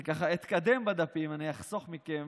אני אתקדם בדפים, אני אחסוך מכם,